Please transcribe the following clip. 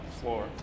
floor